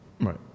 right